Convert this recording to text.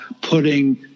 putting